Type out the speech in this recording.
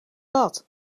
dat